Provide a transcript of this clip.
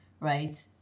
right